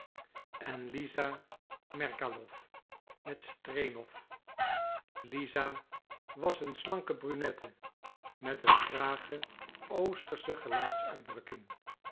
en lisa merkalow met stremow lisa was een slanke brunette met een trage oostersche gelaatsuitdrukking